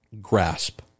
grasp